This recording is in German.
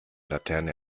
laterne